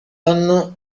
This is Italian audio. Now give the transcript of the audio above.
anno